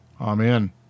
Amen